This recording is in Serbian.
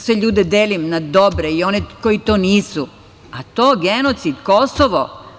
Sve ljude delim na dobre i one koji to nisu, a to, genocid, Kosovo.